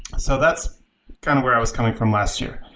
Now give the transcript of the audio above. so that's kind of where i was coming from last year.